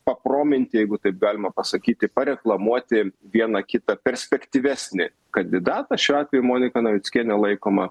paprominti jeigu taip galima pasakyti pareklamuoti vieną kitą perspektyvesnį kandidatą šiuo atveju monika navickienė laikoma